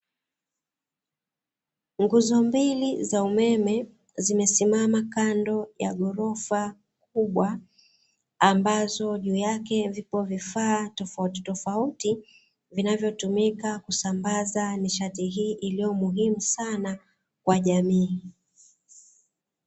Nguzo mbili za umeme zimesimama kando ya ghorofa kubwa, ambazo juu yake vipo vifaa tofautitofauti vinavyotumika kusambaza nishati hii iliyo muhimu sana kwa jamii.